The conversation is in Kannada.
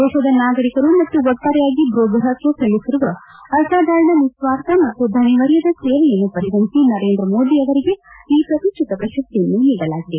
ದೇಶದ ನಾಗರಿಕರು ಮತ್ತು ಒಟ್ಟಾರೆಯಾಗಿ ಭೂಗ್ರಪಕ್ಕೆ ಸಲ್ಲಿಸಿರುವ ಅಸಾಧಾರಣ ನಿಸ್ವಾರ್ಥ ಮತ್ತು ದಣಿವರಿಯದ ಸೇವೆಯನ್ನು ಪರಿಗಣಿಸಿ ನರೇಂದ್ರ ಮೋದಿ ಅವರಿಗೆ ಈ ಪ್ರತಿಷ್ಠಿತ ಪ್ರಶಸ್ತಿಯನ್ನು ನೀಡಲಾಗಿದೆ